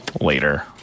later